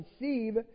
receive